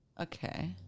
Okay